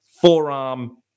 forearm